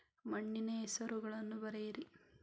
ಮಣ್ಣಿನ ಹೆಸರುಗಳನ್ನು ಬರೆಯಿರಿ